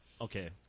Okay